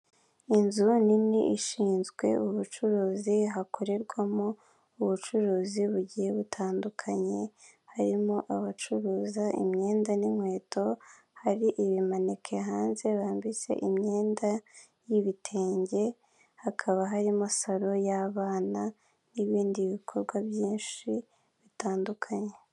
Inzu nini ishinzwe ubucuruzi hakorerwamo ubucuruzi bugiye butandukanye, harimo abacuruza imyenda n'inkweto, hari ibimaneke hanze bambitse imyenda y'ibitenge, hakaba harimo saro y'abana n'ibindi bikorwa byinshi bitandukanye.